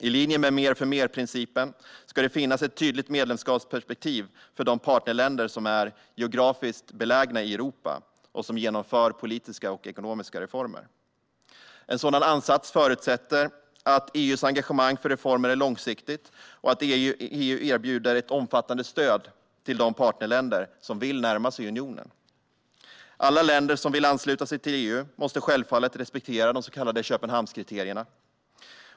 I linje med "mer-för-mer-principen" ska det finnas ett tydligt medlemskapsperspektiv för de partnerländer som är geografiskt belägna i Europa och som genomför politiska och ekonomiska reformer. En sådan ansats förutsätter att EU:s engagemang för reformer är långsiktigt och att EU erbjuder ett omfattande stöd till de partnerländer som vill närma sig unionen. Alla länder som vill ansluta sig till EU måste självfallet respektera de så kallade Köpenhamnskriterierna.